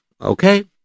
Okay